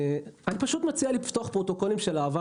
אני פשוט מציע לפתוח פרוטוקולים של העבר